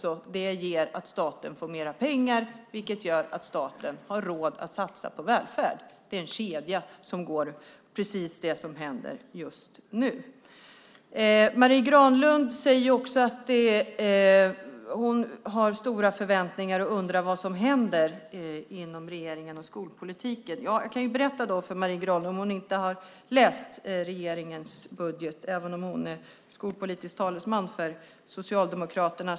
Det gör att staten får mer pengar, vilket i sin tur gör att staten har råd att satsa på välfärd - det är som en kedja; det är precis vad som just nu händer. Marie Granlund har stora förväntningar och undrar vad som händer inom regeringen och skolpolitiken. Jag kan berätta om detta för Marie Granlund, om hon inte har läst regeringens budget fastän hon är skolpolitisk talesman för Socialdemokraterna.